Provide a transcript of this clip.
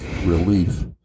relief